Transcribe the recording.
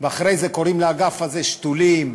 ואחרי זה קוראים לאגף הזה שתולים,